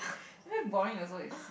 very boring also is